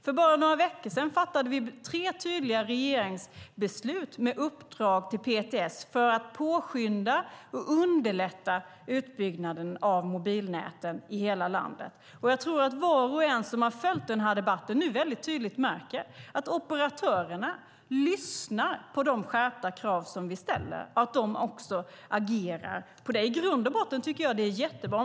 För bara några veckor sedan fattade vi tre tydliga regeringsbeslut med uppdrag till PTS för att påskynda och underlätta utbyggnaden av mobilnäten i hela landet. Jag tror att var och en som har följt den här debatten nu väldigt tydligt märker att operatörerna lyssnar på de skärpta krav som vi ställer och att de agerar. I grund och botten tycker jag att det är jättebra.